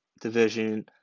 division